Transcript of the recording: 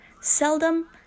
seldom